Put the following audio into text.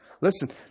Listen